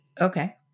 okay